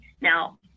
now